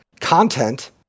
content